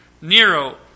Nero